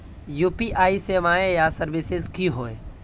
UPI सेवाएँ या services की होय?